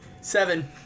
Seven